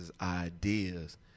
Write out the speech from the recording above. ideas